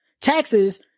Taxes